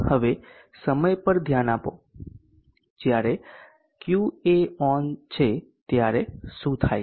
હવે સમય પર ધ્યાન આપો જ્યારે Q એ ઓન છે ત્યારે શું થાય છે